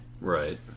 right